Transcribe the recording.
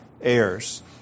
heirs